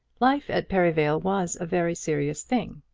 life at perivale was a very serious thing.